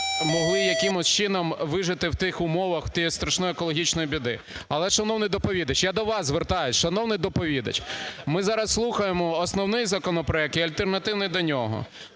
могли якимось чином вижити в тих умовах, тієї страшної екологічної біди. Але, шановний доповідач, я до вас звертаюсь. Шановний доповідач, ми зараз слухаємо основний законопроект і альтернативний до нього.